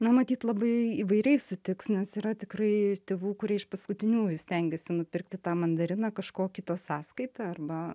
na matyt labai įvairiai sutiks nes yra tikrai tėvų kurie iš paskutiniųjų stengiasi nupirkti tą mandariną kažko kito sąskaita arba